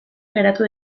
geratu